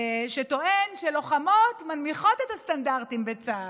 שטוען שלוחמות מנמיכות את הסטנדרטים בצה"ל,